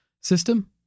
system